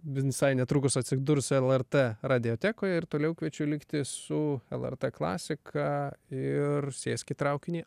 vinsai netrukus atsidurs lrt radiotekoj ir toliau kviečiu likti su lrt klasika ir sėsk į traukinį